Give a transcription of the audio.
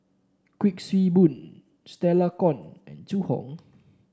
Kuik Swee Boon Stella Kon and Zhu Hong